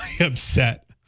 upset